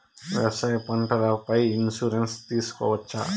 వ్యవసాయ పంటల పై ఇన్సూరెన్సు తీసుకోవచ్చా?